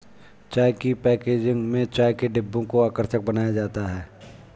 चाय की पैकेजिंग में चाय के डिब्बों को आकर्षक बनाया जाता है